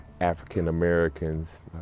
African-Americans